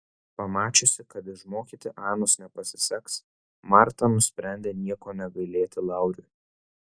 pamačiusi kad išmokyti anos nepasiseks marta nusprendė nieko negailėti lauriui